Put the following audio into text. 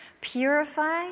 purify